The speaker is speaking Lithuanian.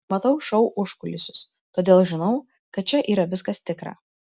matau šou užkulisius todėl žinau kad čia yra viskas tikra